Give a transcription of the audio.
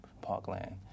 Parkland